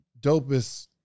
dopest